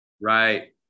Right